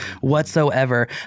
whatsoever